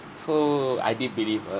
so I did believe her